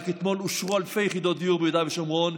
רק אתמול אושרו אלפי יחידות דיור ביהודה ושומרון.